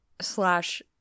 slash